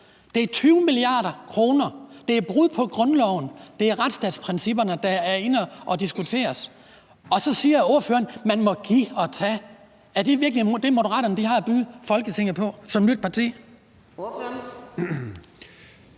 det er 20 mia. kr.; det er brud på grundloven; det er retsstatsprincipperne, der er inde at diskuteres. Og så siger ordføreren: Man må give og tage. Er det virkelig det, Moderaterne har at byde Folketinget på som nyt parti?